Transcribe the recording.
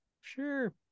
sure